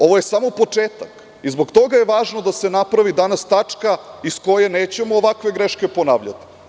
Ovo je samo početak i zbog toga je važno da se napravi danas tačka iz koje nećemo ovakve greške ponavljati.